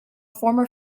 former